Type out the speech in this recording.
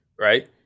Right